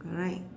correct